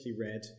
Red